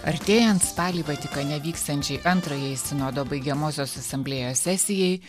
artėjant spalį vatikane vykstančiai antrajai sinodo baigiamosios asamblėjos sesijai